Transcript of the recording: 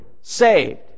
saved